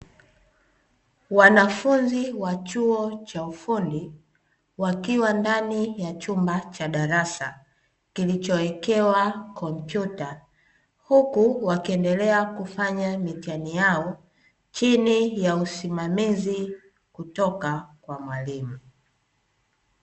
Wanafunzi wa chuo cha ufundi wakiwa ndani ya chumba cha darasa kilichowekewa komputa, huku wakiendelea kufanya mitihani yao chini ya usimamizi kutoka kwa mwalimu.